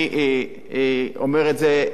אני אומר את זה,